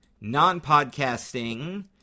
non-podcasting